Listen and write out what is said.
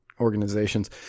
organizations